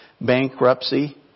bankruptcy